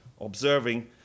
observing